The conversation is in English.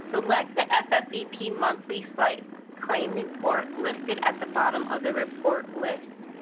select the ffvp monthly site claim report listed at the bottom of the report list.